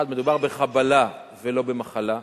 1. מדובר בחבלה ולא במחלה,